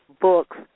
books